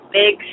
big